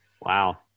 Wow